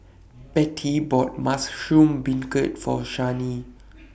Betty bought Mushroom Beancurd For Shani